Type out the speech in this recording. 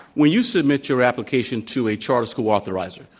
when you submit your application to a charter school authorizer,